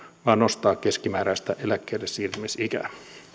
vaan nostaa keskimääräistä eläkkeellesiirtymisikää